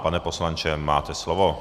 Pane poslanče, máte slovo.